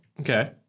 Okay